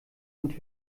und